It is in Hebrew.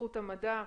בהתפתחות המדע,